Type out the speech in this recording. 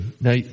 Now